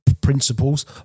principles